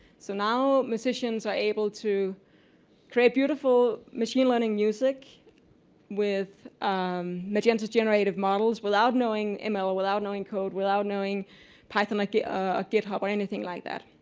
so now musicians are able to create beautiful machine learning music with magenta generated models without knowing and ml, without knowing code, without knowing python like yeah or github or anything like that.